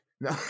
No